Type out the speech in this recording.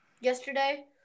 yesterday